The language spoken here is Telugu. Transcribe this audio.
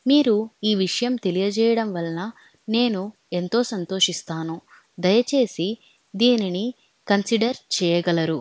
మీరు ఈ విషయం తెలియజేయడం వలన నేను ఎంతో సంతోషిస్తాను దయచేసి దీనిని కన్సిడర్ చేయగలరు